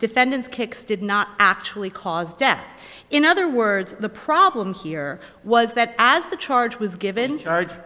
defendant's kicks did not actually cause death in other words the problem here was that as the charge was given